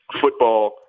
football